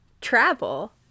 travel